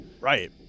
right